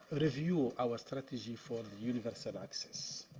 review our strategies for universal access.